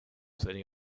sitting